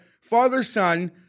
father-son